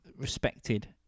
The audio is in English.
respected